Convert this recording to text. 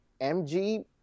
MG